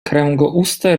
kręgouste